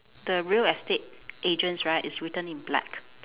the real estate agents right is written in black